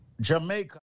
Jamaica